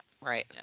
Right